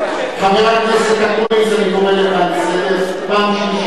חבר הכנסת אקוניס, אני קורא אותך לסדר פעם שלישית.